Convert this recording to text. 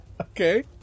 Okay